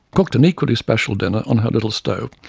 cooked an equally special dinner on her little stove,